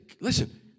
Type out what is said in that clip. listen